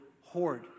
hoard